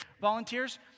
Volunteers